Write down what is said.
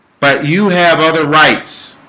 but you have other rights